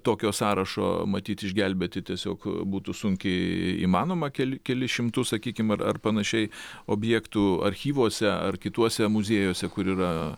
tokio sąrašo matyt išgelbėti tiesiog būtų sunkiai įmanoma keli kelis šimtus sakykim ar ar panašiai objektų archyvuose ar kituose muziejuose kur yra